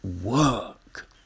work